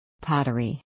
Pottery